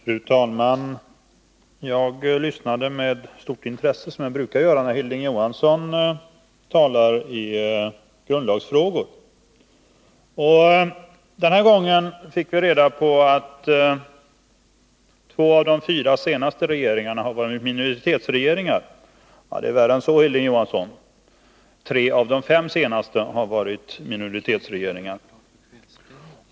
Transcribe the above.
Fru talman! Jag lyssnade med stort intresse till Hilding Johansson, som jag brukar göra när han talar i grundlagsfrågor. Den här gången fick vi reda på att två av de fyra senaste regeringarna har varit minoritetsregeringar. Ja, det är värre än så, Hilding Johansson. Tre av de fem senaste har varit minoritetsregeringar.